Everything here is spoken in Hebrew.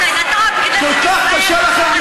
לא,